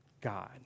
God